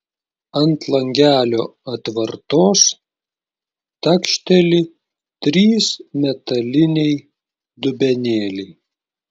ant langelio atvartos takšteli trys metaliniai dubenėliai